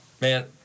man